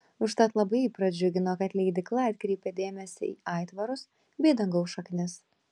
užtat labai jį pradžiugino kad leidykla atkreipė dėmesį į aitvarus bei dangaus šaknis